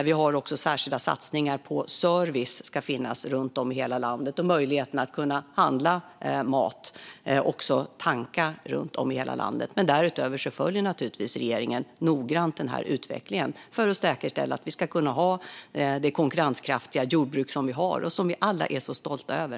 Vi har också särskilda satsningar på att service ska finnas runt om i hela landet. Man ska ha möjlighet att handla mat och tanka runt om i hela landet. Därutöver följer naturligtvis regeringen noggrant denna utveckling för att säkerställa att vi kan ha det konkurrenskraftiga jordbruk som vi har och som vi alla är stolta över.